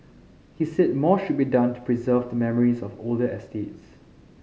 he said more should be done to preserve the memories of older estates